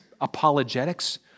apologetics